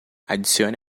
adicione